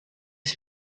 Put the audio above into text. ist